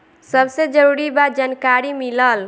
सबसे जरूरी बा जानकारी मिलल